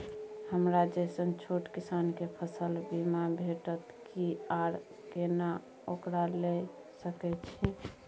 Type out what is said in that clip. हमरा जैसन छोट किसान के फसल बीमा भेटत कि आर केना ओकरा लैय सकैय छि?